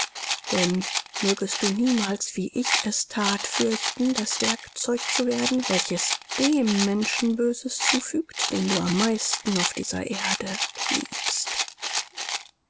denn mögest du niemals wie ich es that fürchten das werkzeug zu werden welches dem menschen böses zufügt den du am meisten auf dieser erde